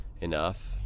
enough